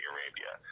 Arabia